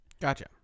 Gotcha